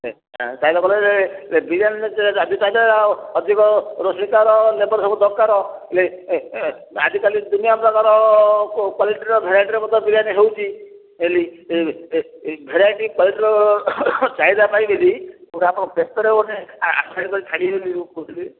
ବିରିୟାନୀ ଚାହିଦା ଆଉ ଅଧିକ ରୋଷେଇକାର ଲେବର ସବୁ ଦରକାର ଆଜିକାଲି ଦୁନିଆ ଆମର ଘର କ୍ୱାଲିଟିର ଭେରାଇଟିର ମଧ୍ୟ ବିରିୟାନୀ ହେଉଛି ହେଲେ ଭେରାଇଟି କ୍ୱାଲିଟିର ଚାହିଦା ପାଇଁବି ଗୋଟେ ଆପଣ ବ୍ୟସ୍ତରେ ଗୋଟେ କହୁଥିଲି